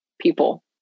people